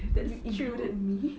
but you included me